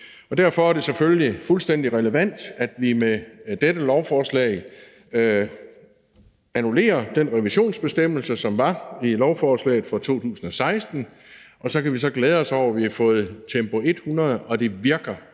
Derfor er det selvfølgelig fuldstændig relevant, at vi med dette lovforslag annullerer den revisionsbestemmelse, som var i lovforslaget fra 2016, og så kan vi glæde os over, at vi har fået Tempo 100-ordningen,